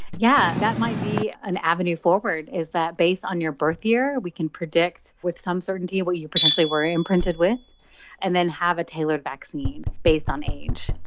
yeah that might be an avenue forward, is that based on your birth year we can predict with some certainty what you potentially were imprinted with and then have a tailored vaccine based on age.